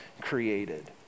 created